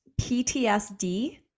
ptsd